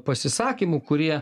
pasisakymų kurie